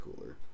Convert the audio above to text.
cooler